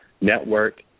Network